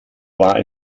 war